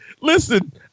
listen